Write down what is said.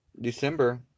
December